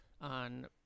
on